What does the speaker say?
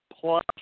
plus